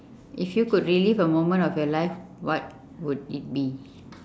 if you could relive a moment of your life what would it be